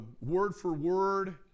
word-for-word